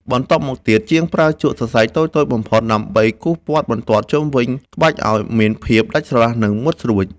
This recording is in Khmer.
បន្ទាប់មកទៀត ជាងប្រើជក់សរសៃតូចៗបំផុតដើម្បីគូសព័ទ្ធបន្ទាត់ជុំវិញក្បាច់ឱ្យមានភាពដាច់ស្រឡះ និងមុតស្រួច។